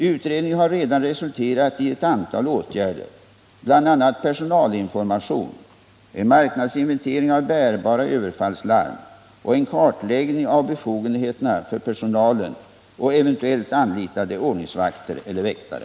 Utredningen har redan resulterat i ett antal åtgärder, bl.a. personalinformation, en marknadsinventering av bärbara överfallslarm och en kartläggning av befogenheterna för personalen och eventuellt anlitade ordningsvakter eller väktare.